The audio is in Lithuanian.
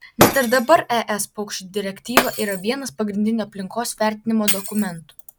net ir dabar es paukščių direktyva yra vienas pagrindinių aplinkos vertinimo dokumentų